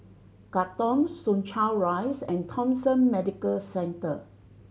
Katong Soo Chow Rise and Thomson Medical Center